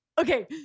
Okay